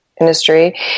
Industry